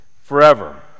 forever